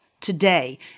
today